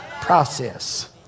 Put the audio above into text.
process